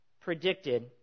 predicted